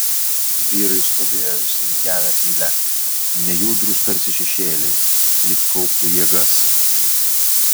vyrai stovėjo išsirikiavę eile nejudrūs tarsi šešėliai lyg kauptų jėgas